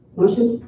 motion?